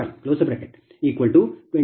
33523 MW